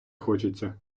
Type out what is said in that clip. хочеться